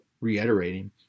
reiterating